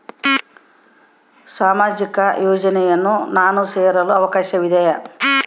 ಸಾಮಾಜಿಕ ಯೋಜನೆಯನ್ನು ನಾನು ಸೇರಲು ಅವಕಾಶವಿದೆಯಾ?